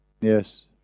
Yes